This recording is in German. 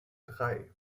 drei